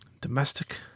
Domestic